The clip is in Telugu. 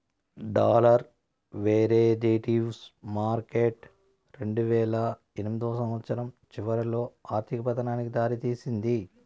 డాలర్ వెరీదేటివ్స్ మార్కెట్ రెండువేల ఎనిమిదో సంవచ్చరం చివరిలో ఆర్థిక పతనానికి దారి తీసింది